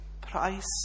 price